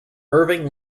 irving